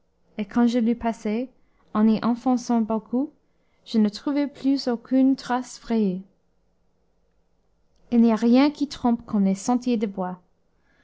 et quand je l'eus passé en y enfonçant beaucoup je ne trouvai plus aucune trace frayée il n'y a rien qui trompe comme les sentiers des bois